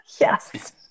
Yes